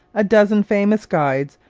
a dozen famous guides,